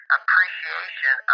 appreciation